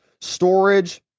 storage